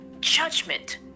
judgment